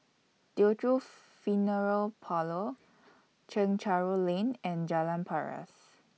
Teochew Funeral Parlour Chencharu Lane and Jalan Paras